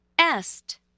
est